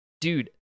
dude